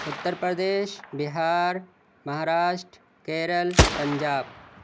Uttar Pradesh Bihar Maharashtra Kerala Punjab